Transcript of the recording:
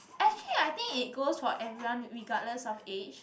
actually I think it goes for everyone regardless of age